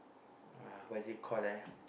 uh what is it called eh